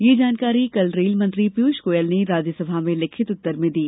यह जानकारी कल रेलमंत्री पीयूष गोयल ने राज्यसभा में लिखित उत्तर में दी